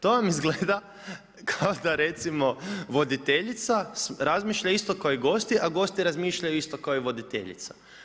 To vam izgleda kao da recimo voditeljica razmišlja isto kao i gosti, a gosti razmišljaju isto kao i voditeljica.